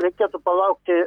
reikėtų palaukti